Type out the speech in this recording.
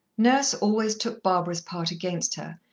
nurse always took barbara's part against her,